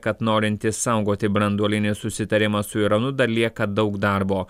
kad norint išsaugoti branduolinį susitarimą su iranu dar lieka daug darbo